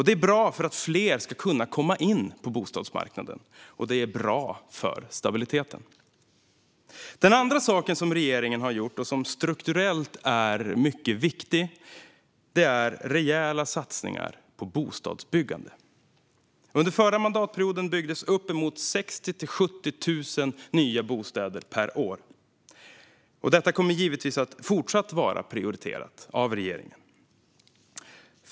Det är bra för att fler ska kunna komma in på bostadsmarknaden, och det är bra för stabiliteten. Den andra insats som regeringen har gjort, och som strukturellt är mycket viktig, är rejäla satsningar på bostadsbyggande. Under förra mandatperioden byggdes uppemot 60 000-70 000 nya bostäder per år. Detta kommer givetvis att fortsatt vara prioriterat av regeringen.